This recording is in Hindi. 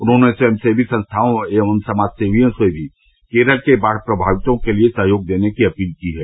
उन्होंने स्वयंसेवी संस्थाओं एवं समाज सेवियों से भी केरल के बाढ़ प्रमावितों के लिए सहयोग देने की अपील की है